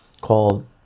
called